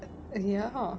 ya hor